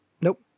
Nope